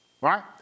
Right